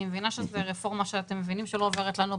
אני מבינה שזו רפורמה שאתם מבינים שלא עוברת לנו בגרון,